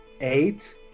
Eight